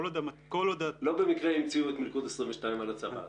לא במקרה המציאו את מילכוד 22 על הצבא.